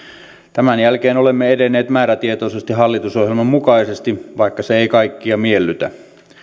tämän jälkeen olemme edenneet määrätietoisesti hallitusohjelman mukaisesti vaikka se ei kaikkia miellytä